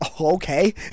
okay